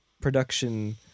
production